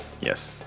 Yes